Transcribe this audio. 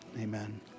Amen